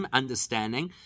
understanding